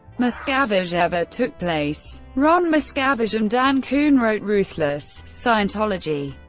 miscavige ever took place. ron miscavige and dan koon wrote ruthless scientology,